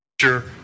Sure